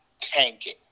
tanking